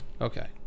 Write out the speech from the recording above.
Okay